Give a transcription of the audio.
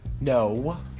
No